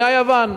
נהיה יוון.